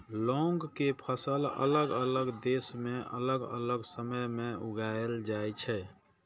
लौंग के फसल अलग अलग देश मे अलग अलग समय मे उगाएल जाइ छै